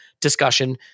discussion